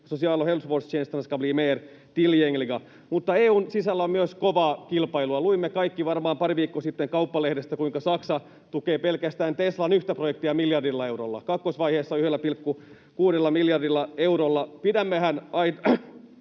Mutta EU:n sisällä on myös kovaa kilpailua. Luimme varmaan kaikki pari viikkoa sitten Kauppalehdestä, kuinka Saksa tukee pelkästään Teslan yhtä projektia miljardilla eurolla, kakkosvaiheessa 1,6 miljardilla eurolla. Arvoisa